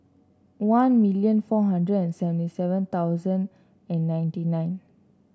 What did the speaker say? one million four hundred and seventy seven thousand and ninety nine